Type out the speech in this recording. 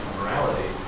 morality